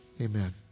amen